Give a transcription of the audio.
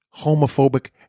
homophobic